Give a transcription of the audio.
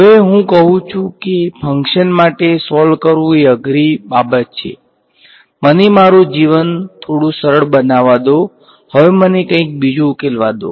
હવે હું કહું છું કે ફંક્શન માટે સોલ્વ કરવું એ અઘરી બાબત છે મને મારું જીવન થોડું સરળ બનાવવા દો હવે મને કંઈક બીજું ઉકેલવા દો